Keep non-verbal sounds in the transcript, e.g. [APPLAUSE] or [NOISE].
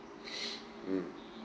[BREATH] mm